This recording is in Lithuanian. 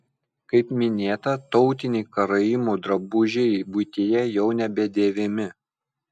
kaip minėta tautiniai karaimų drabužiai buityje jau nebedėvimi